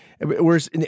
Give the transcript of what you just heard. Whereas